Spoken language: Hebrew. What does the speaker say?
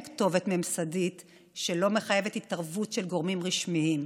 כתובת ממסדית שלא מחייבת התערבות של גורמים רשמיים.